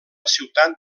ciutat